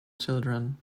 children